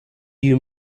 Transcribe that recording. you